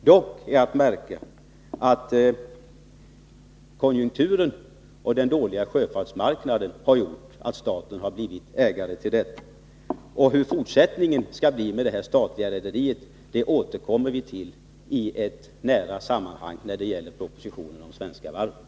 Dock är att märka att konjunkturen och den dåliga sjöfartsmarknaden har gjort att staten har blivit ägare till detta rederi. Hur fortsättningen skall bli med det här statliga rederiet återkommer vi till när det gäller propositionen om de svenska varven.